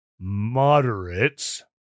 moderates